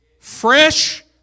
Fresh